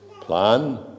plan